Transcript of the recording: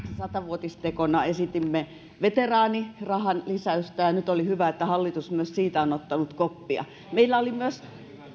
sata vuotistekona esitimme veteraanirahan lisäystä ja nyt oli hyvä että hallitus myös siitä on ottanut koppia meillä oli myös